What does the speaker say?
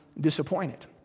disappointed